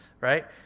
right